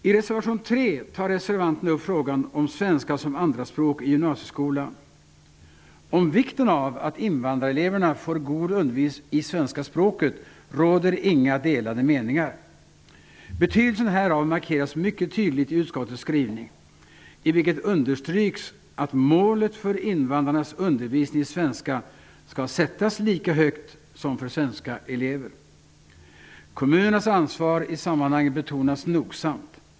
I reservation 3 tar reservanterna upp frågan om svenska som andraspråk i gymnasieskolan. Det råder inga delade meningar om vikten av att invandrareleverna får god undervisning i svenska språket. Betydelsen härav markeras mycket tydligt i utskottets skrivning. I den understryks att målet för invandrarnas undervisning i svenska skall sättas lika högt som för svenska elever. Kommunernas ansvar i sammanhanget betonas nogsamt.